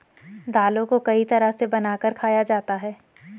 दालों को कई तरह से बनाकर खाया जाता है